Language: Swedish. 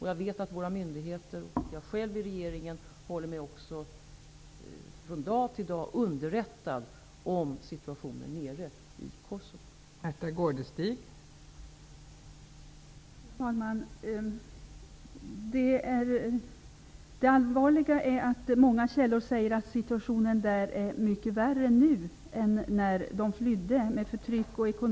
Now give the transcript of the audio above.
Jag vet att våra myndigheter, från dag till dag håller sig underrättade om situationen nere i Kosovo, liksom jag själv gör.